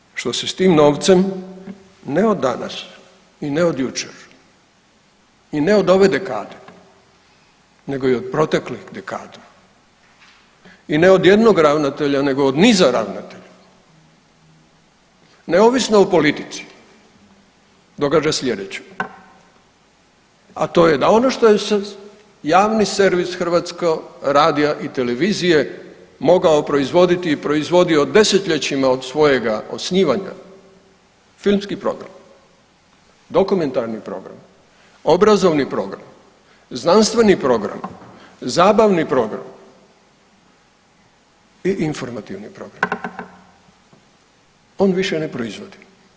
Propada zato što se s tim novcem, ne od danas i ne od jučer i ne od ove dekade, nego i od proteklih dekada i ne od jednog ravnatelja nego od niza ravnatelja, neovisno o politici, događa sljedeće, a to je da ono što je javni servis Hrvatskog radija i televizije mogao proizvoditi i proizvodio desetljećima od svojega osnivanja, filmski program, dokumentarni program, obrazovni program, znanstveni program, zabavni program i informativni program, on više ne proizvodi.